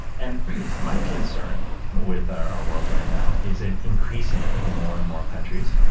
and my concern with our our world right now is an increasingly in more and more countries,